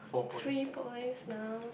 three points now